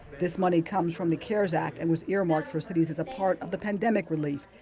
this money comes from the cares act and was earmarked for cities as a part of the pandemic relief.